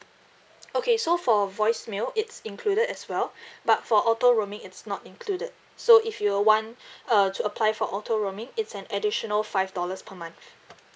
okay so for voicemail it's included as well but for auto roaming it's not included so if you want uh to apply for auto roaming it's an additional five dollars per month